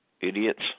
Idiots